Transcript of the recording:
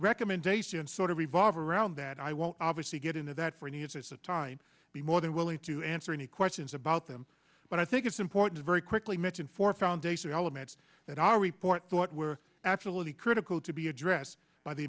recommendations sort of revolve around that i won't obviously get into that for new years as a time be more than willing to answer any questions about them but i think it's important very quickly mention for foundation elements that our report thought were absolutely critical to be addressed by the